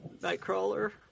Nightcrawler